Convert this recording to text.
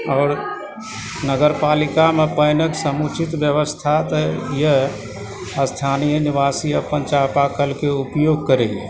आओर नगरपालिकामे पानिक समुचित व्यवस्था तऽ यऽ स्थानीय निवासी अपन चापाकलके उपयोग करैए